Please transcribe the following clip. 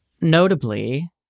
notably